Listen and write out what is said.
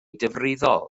difrifol